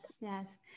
yes